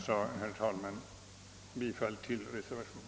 Jag yrkar bifall till reservationen.